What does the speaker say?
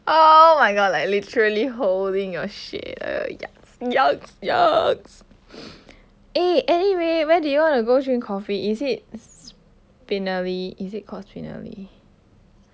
oh my god like literally holding your shit ah yucks yucks yucks eh anyway where do you want to go drink coffee is it spinelli is it called spinelli